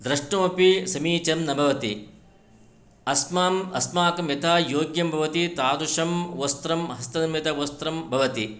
द्रष्टुमपि समीचीनं न भवति अस्माकं अस्माकं यथा योग्यं भवति तादृशं वस्त्रं हस्तनिर्मितवस्त्रं भवति